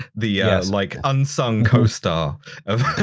the like unsung co-star of